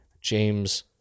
James